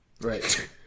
Right